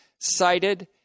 cited